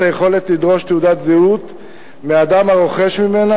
היכולת לדרוש תעודת זהות מאדם הרוכש מהן,